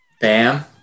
BAM